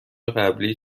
قبلی